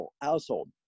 household